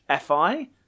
fi